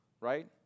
right